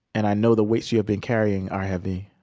and i know the weights you have been carrying are heavy.